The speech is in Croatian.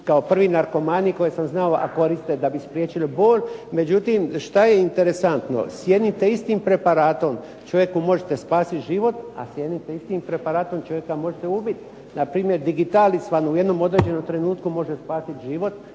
kao prvi narkomani koje sam znao a koristi da bi spriječili bol. Međutim, šta je interesantno? S jednim te istim preparatom čovjeku možete spasiti život a s jednim te istim preparatom čovjeka možete ubiti. Na primjer Digitalis vam u jednom određenom trenutku može spasiti život